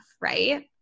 right